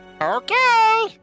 Okay